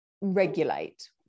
regulate